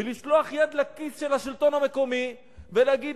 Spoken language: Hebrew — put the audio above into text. ולשלוח יד לכיס של השלטון המקומי ולהגיד